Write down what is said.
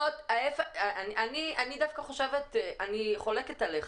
אני חולקת עליך.